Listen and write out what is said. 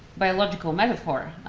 biological metaphor,